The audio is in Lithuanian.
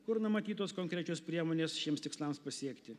kur numatytos konkrečios priemonės šiems tikslams pasiekti